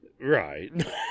Right